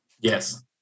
Yes